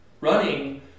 Running